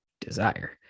desire